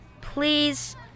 Please